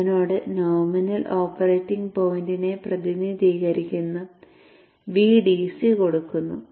അതിനോട് nominal operating പോയിന്റിനെ പ്രതിനിധീകരിക്കുന്ന VDC കൊടുക്കുന്നു